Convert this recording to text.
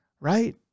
right